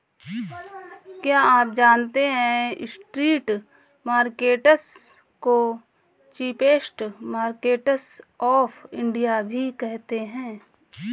क्या आप जानते है स्ट्रीट मार्केट्स को चीपेस्ट मार्केट्स ऑफ इंडिया भी कहते है?